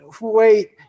wait